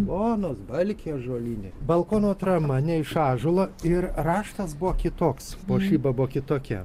bonos balkiai ąžuoliniai balkono atrama ne iš ąžuolo ir raštas buvo kitoks puošyba buvo kitokia